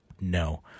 No